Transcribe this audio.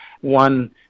One